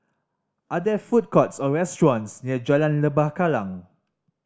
are there food courts or restaurants near Jalan Lembah Kallang